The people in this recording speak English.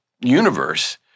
universe